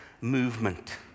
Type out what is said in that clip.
movement